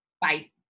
Bye